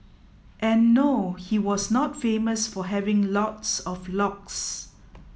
and no he was not famous for having lots of locks